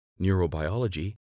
neurobiology